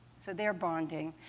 so they're bonding.